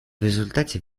результате